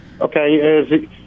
okay